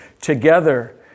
together